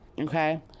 Okay